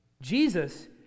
Jesus